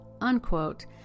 unquote